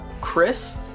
Chris